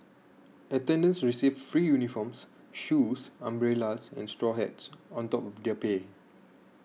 attendants received free uniforms shoes umbrellas and straw hats on top of their pay